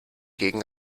gegen